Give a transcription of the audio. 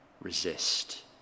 resist